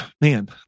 man